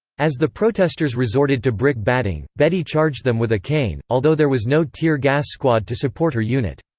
as the protesters resorted to brick-batting, bedi charged them with a cane, although there was no tear gas squad to support her unit.